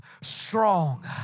strong